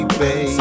baby